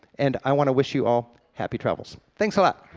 and i want to wish you all happy travels. thanks a lot.